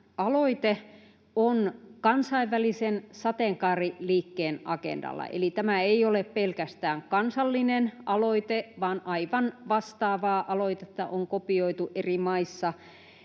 aloite on kansainvälisen sateenkaariliikkeen agendalla eli tämä ei ole pelkästään kansallinen aloite, vaan aivan vastaavaa aloitetta on kopioitu eri maissa